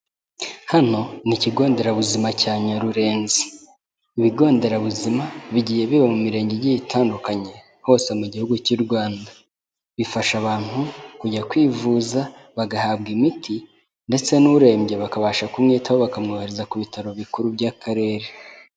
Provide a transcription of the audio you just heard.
Hano ni ikigo nderabuzima cya Nyarurenzi. Ibigo nderabuzima bigiye biba mu mirenge igiye itandukanye, hose mu gihugu cy'u Rwanda. Bifasha abantu kujya kwivuza, bagahabwa imiti ndetse n'urembye bakabasha kumwitaho, bakamwohereza ku bitaro bikuru by'akarere.